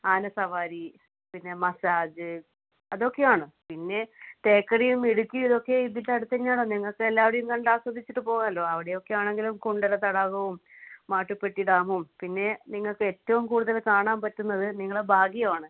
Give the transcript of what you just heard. ആന സവാരി പിന്നെ മസ്സാജ് അതൊക്കെയാണ് പിന്നെ തേക്കടിയും ഇടുക്കിയും ഇതൊക്കെ ഇതിനടുത്ത് തന്നെയാണ് നിങ്ങൾക്ക് എല്ലാവിടെയും കണ്ടാസ്വദിച്ചിട്ട് പോകാലോ അവിടെ ഒക്കെയാണെങ്കിലും കുണ്ടറ തടാകവും മാട്ടുപെട്ടി ഡാമും പിന്നെ നിങ്ങൾക്ക് ഏറ്റവും കൂടുതൽ കാണാൻ പറ്റുന്നത് നിങ്ങളുടെ ഭാഗ്യമാണ്